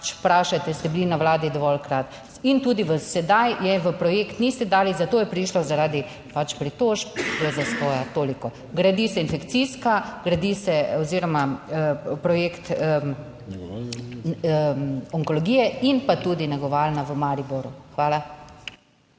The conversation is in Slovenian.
vprašate. Ste bili na vladi dovoljkrat, in tudi sedaj je v projekt niste dali, zato je prišlo zaradi pritožb do zastoja, toliko. Gradi se infekcijska, gradi se oziroma projekt onkologije in pa tudi negovalna v Mariboru. Hvala.